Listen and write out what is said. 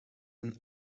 een